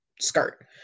skirt